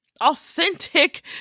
authentic